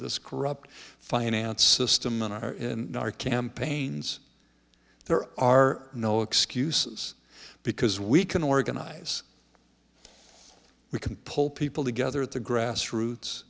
this corrupt finance system in our in our campaigns there are no excuses because we can organize we can pull people together at the grassroots